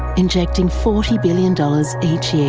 injecting forty billion dollars each year,